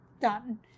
done